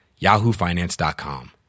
yahoofinance.com